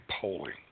polling